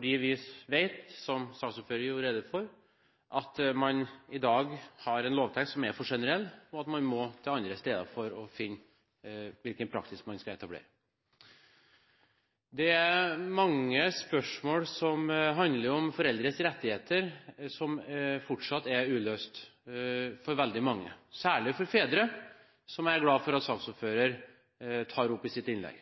Vi vet, som saksordføreren gjorde rede for, at man i dag har en lovtekst som er for generell, og at man må til andre steder for å finne hvilken praksis man skal etablere. Det er mange spørsmål som handler om foreldres rettigheter som fortsatt er uløst for veldig mange, særlig for fedre, og jeg er glad for at saksordføreren tok opp det i sitt innlegg.